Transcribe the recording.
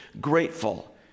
grateful